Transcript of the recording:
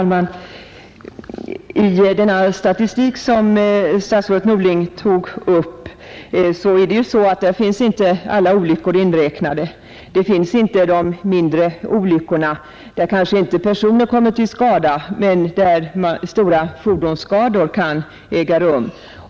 Herr talman! I den statistik som statsrådet Norling tog upp är inte alla olyckor inräknade. Där finns inte de mindre olyckorna, vid vilka kanske inte personer kommit till skada, men där stora fordonsskador kan ha ägt rum.